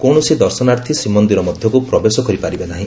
କୌଣସି ଦର୍ଶନାର୍ଥୀ ଶ୍ରୀମନ୍ଦିର ମଧ୍ଧକୁ ପ୍ରବେଶ କରିପାରିବେ ନାହି